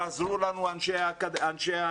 תעזרו לנו חברי הכנסת,